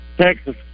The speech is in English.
Texas